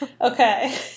Okay